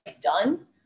done